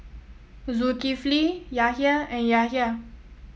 Zulkifli Yahya and Yahya